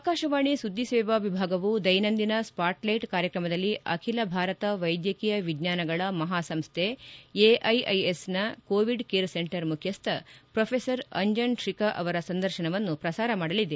ಆಕಾಶವಾಣಿ ಸುದ್ದಿ ಸೇವಾ ವಿಭಾಗವು ದ್ಯೆನಂದಿನ ಸ್ವಾಟ್ಲ್ಲೆಟ್ ಕಾರ್ಯಕ್ರಮದಲ್ಲಿ ಅಖಿಲ ಭಾರತ ವೈದ್ಯಕೀಯ ವಿಜ್ವಾನಗಳ ಮಹಾಸಂಸ್ಥೆ ಎಐಐಎಸ್ಎಸ್ನ ಕೋವಿಡ್ ಕೇರ್ ಸೆಂಟರ್ ಮುಖ್ಯಸ್ಥ ಪ್ರೊಫೆಸರ್ ಅಂಜನ್ ಟ್ರಬಾ ಅವರ ಸಂದರ್ಶನವನ್ನು ಪ್ರಸಾರ ಮಾಡಲಿದೆ